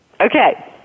Okay